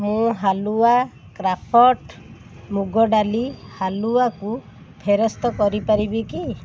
ମୁଁ ହାଲୁଆ କ୍ରାଫ୍ଟ ମୁଗ ଡାଲି ହାଲୁଆକୁ ଫେରସ୍ତ କରିପାରିବି କି